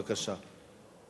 בבקשה.